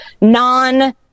non